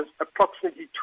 approximately